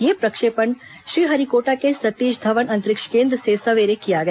यह प्रक्षेपण श्रीहरिकोटा के सतीश धवन अंतरिक्ष केन्द्र से सवेरे किया गया